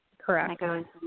Correct